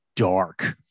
dark